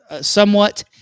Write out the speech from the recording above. Somewhat